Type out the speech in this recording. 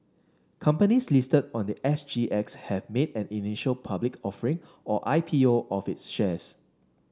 companies listed on the S G X have made an initial public offering or I P O of its shares